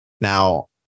Now